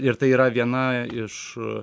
ir tai yra viena iš